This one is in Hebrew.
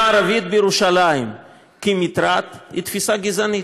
הערבית בירושלים כמטרד היא תפיסה גזענית.